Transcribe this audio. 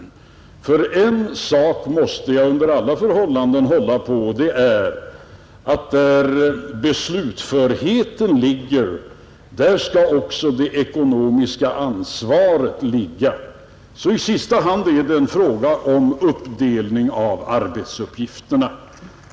En sak måste jag under alla omständigheter hålla på: där beslutförheten ligger skall också det ekonomiska ansvaret ligga. I sista hand är det alltså en fråga om en fördelning av arbetsuppgifterna.